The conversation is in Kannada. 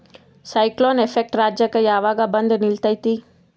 ಸೈಕ್ಲೋನ್ ಎಫೆಕ್ಟ್ ರಾಜ್ಯಕ್ಕೆ ಯಾವಾಗ ಬಂದ ನಿಲ್ಲತೈತಿ?